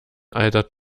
altert